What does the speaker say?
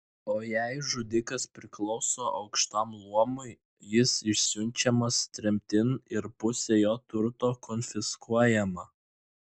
o jei žudikas priklauso aukštam luomui jis išsiunčiamas tremtin ir pusė jo turto konfiskuojama